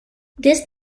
this